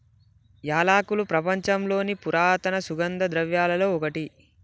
యాలకులు ప్రపంచంలోని పురాతన సుగంధ ద్రవ్యలలో ఒకటి